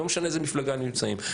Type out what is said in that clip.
לא משנה איזה מפלגה הם נמצאים,